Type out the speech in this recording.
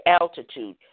altitude